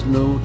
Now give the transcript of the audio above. no